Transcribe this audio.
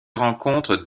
rencontre